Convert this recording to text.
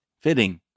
Fitting